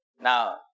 Now